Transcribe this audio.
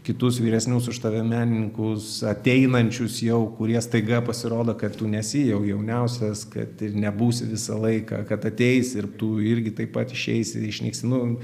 kitus vyresnius už tave menininkus ateinančius jau kurie staiga pasirodo kad tu nesi jau jauniausias kad ir nebūsi visą laiką kad ateis ir tų irgi taip pat išeisi išnyksi nu